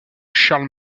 charles